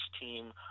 team